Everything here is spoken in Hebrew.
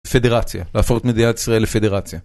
פדרציה, להפוך את מדינת ישראל לפדרציה.